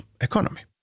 economy